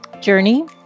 journey